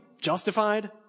justified